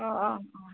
ꯑꯥꯎ ꯑꯥꯎ ꯑꯥꯎ